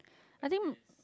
I think